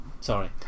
sorry